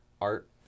art